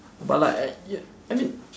but like I ya I mean